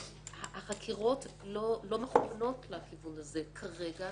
החקירות לא מכוונות לכיוון הזה כרגע.